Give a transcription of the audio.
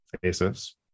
faces